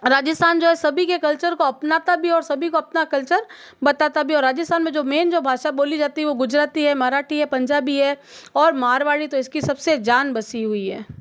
राजस्थान जो है सभी के कलचर को अपनाता भी है और सभी को अपना कल्चर बताता भी और राजस्थान में जो मेंन जो भाषा बोली जाती है हे वो गुजराती है मराठी है पंजाबी है और मारवाड़ी तो इसकी सबसे जान बसी हुई है